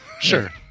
Sure